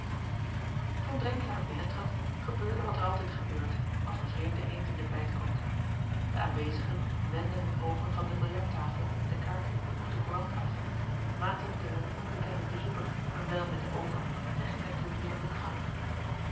oen renkelaer binnentrad gebeurde wat er altijd gebeurt als een vreemde eend in de bijt komt e aanwezigen wendden hun oogen van de biljarttafel de kaarten of de courant af maten den hun onbekenden bezoeker een wijl met de oogen en gingen toen weêr hun gang